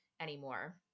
anymore